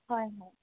হয় হয়